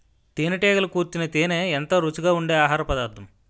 తేనెటీగలు కూర్చిన తేనే ఎంతో రుచిగా ఉండె ఆహారపదార్థం